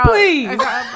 Please